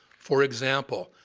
for example,